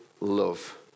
Love